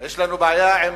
יש לנו בעיה עם